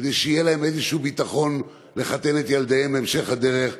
כדי שיהיה להם איזשהו ביטחון לחתן את ילדיהם בהמשך הדרך,